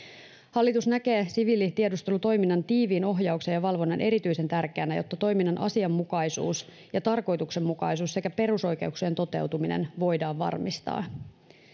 hallitus näkee siviilitiedustelutoiminnan tiiviin ohjauksen ja valvonnan erityisen tärkeänä jotta toiminnan asianmukaisuus ja tarkoituksenmukaisuus sekä perusoikeuksien toteutuminen voidaan varmistaa